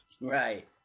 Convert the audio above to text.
Right